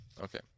okay